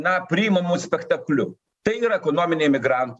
na priimamu spektakliu tai yra ekonominiai migran